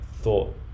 thought